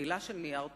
חבילה של נייר טואלט.